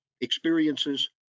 experiences